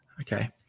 Okay